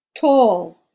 Tall